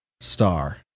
star